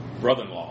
brother-in-law